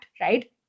right